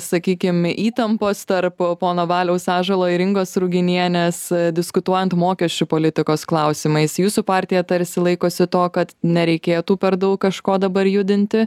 sakykim įtampos tarp pono valiaus ąžuolo ir ingos ruginienės diskutuojant mokesčių politikos klausimais jūsų partija tarsi laikosi to kad nereikėtų per daug kažko dabar judinti